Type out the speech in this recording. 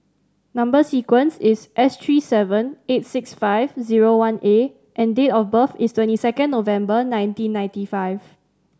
number sequence is S three seven eight six five zero one A and date of birth is twenty second November nineteen ninety five